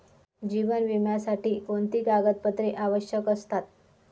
जीवन विम्यासाठी कोणती कागदपत्रे आवश्यक असतात?